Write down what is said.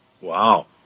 Wow